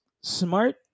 smart